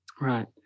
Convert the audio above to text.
Right